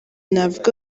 navuga